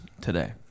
today